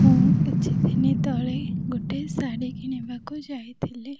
ମୁଁ କିଛିଦିନି ତଳେ ଗୋଟେ ଶାଢ଼ୀ କିଣିବାକୁ ଯାଇଥିଲି